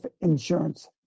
insurance